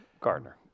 Gardner